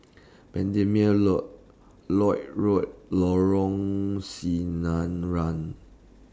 Bendemeer Lloyd Road Lorong Sinaran